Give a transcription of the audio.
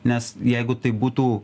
nes jeigu tai būtų